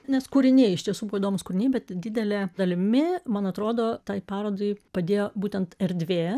nes kūriniai iš tiesų buvo įdomūs kūriniai bet didele dalimi man atrodo tai parodai padėjo būtent erdvė